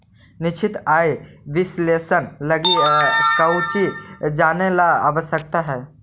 निश्चित आय विश्लेषण लगी कउची जानेला आवश्यक हइ?